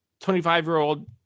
25-year-old